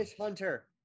Hunter